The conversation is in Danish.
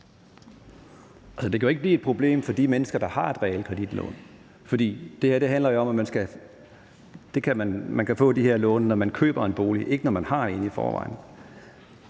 Det kan jo ikke blive et problem for de mennesker, der har et realkreditlån, for det her handler jo om, at man kan få de her lån, når man køber en bolig, ikke når man har en i forvejen.